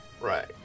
Right